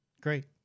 great